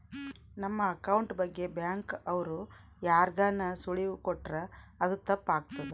ನಮ್ ಅಕೌಂಟ್ ಬಗ್ಗೆ ಬ್ಯಾಂಕ್ ಅವ್ರು ಯಾರ್ಗಾನ ಸುಳಿವು ಕೊಟ್ರ ಅದು ತಪ್ ಆಗ್ತದ